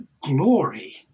glory